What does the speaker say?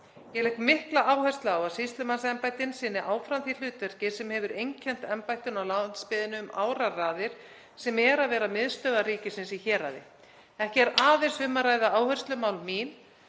Ég legg mikla áherslu á að sýslumannsembættin sinni áfram því hlutverki sem hefur einkennt embættin á landsbyggðinni um áraraðir, sem er að vera miðstöð ríkisins í héraði. Ekki er aðeins um að ræða áherslumál mitt